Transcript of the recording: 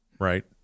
right